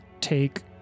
take